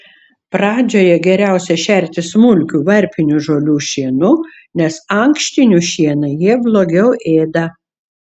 pradžioje geriausia šerti smulkiu varpinių žolių šienu nes ankštinių šieną jie blogiau ėda